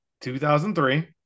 2003